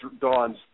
Dawn's